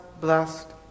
blessed